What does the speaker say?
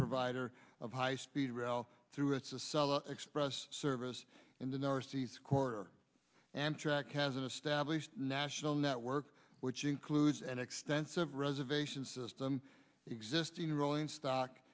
provider of high speed rail through a cell express service in the northeast corridor and track has an established national network which includes an extensive reservation system existing rolling stock